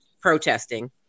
protesting